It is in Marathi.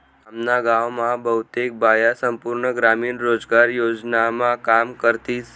आम्ना गाव मा बहुतेक बाया संपूर्ण ग्रामीण रोजगार योजनामा काम करतीस